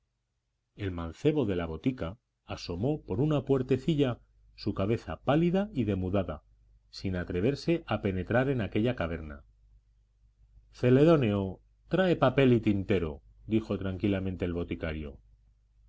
el mancebo de la botica asomó por una puertecilla su cabeza pálida y demudada sin atreverse a penetrar en aquella caverna celedonio trae papel y tintero dijo tranquilamente el boticario